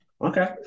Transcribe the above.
Okay